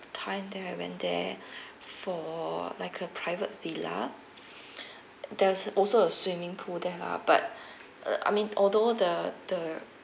time that I went there for like a private villa there's also a swimming pool there lah but uh I mean although the the